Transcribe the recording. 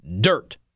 dirt